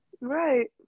Right